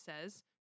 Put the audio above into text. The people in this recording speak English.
says